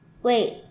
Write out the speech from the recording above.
Wait